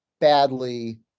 badly